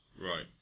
Right